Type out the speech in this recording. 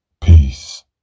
peace